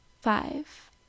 five